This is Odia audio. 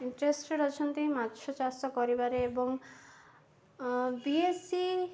ଇଣ୍ଟରେଷ୍ଟେଡ଼ ଅଛନ୍ତି ମାଛ ଚାଷ କରିବାରେ ଏବଂ ବିଏସ୍ସି